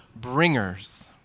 bringers